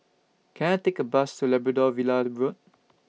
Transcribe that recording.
Can I Take A Bus to Labrador Villa Road